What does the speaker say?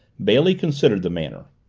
bailey considered the matter.